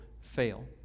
fail